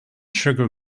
sugar